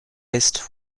est